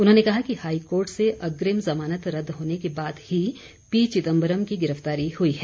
उन्होंने कहा कि हाईकोर्ट से अग्रिम जमानत रद्द होने के बाद ही पी चिदंबरम की गिरफ्तारी हुई है